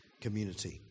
community